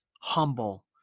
Humble